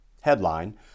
Headline